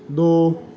ਦੋ